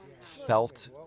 felt